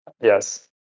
Yes